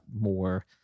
more